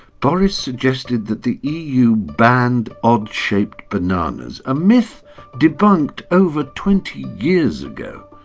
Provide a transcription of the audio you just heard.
boris suggested that the eu banned odd shaped bananas, a myth debunked over twenty years ago.